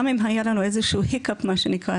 גם אם היה לנו איזשהו גיהוק בנושא מה שנקרא,